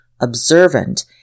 observant